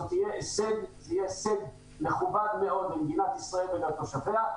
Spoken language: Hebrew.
זה יהיה הישג מכובד מאוד למדינת ישראל ולתושביה,